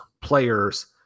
players